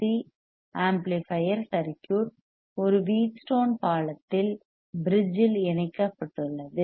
C RC amplifier circuit ஒரு Wheatstone பாலத்தில் bridge இணைக்கப்பட்டுள்ளது